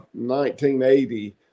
1980